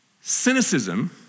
Cynicism